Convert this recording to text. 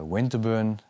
Winterburn